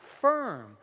firm